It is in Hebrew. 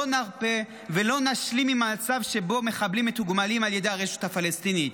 לא נרפה ולא נשלים עם מצב שבו מחבלים מתוגמלים על ידי הרשות הפלסטינית.